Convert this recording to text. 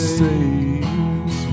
saves